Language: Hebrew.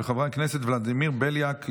של חברי הכנסת ולדימיר בליאק,